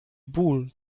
ból